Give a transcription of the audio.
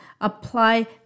apply